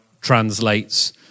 translates